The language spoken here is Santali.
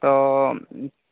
ᱛᱚ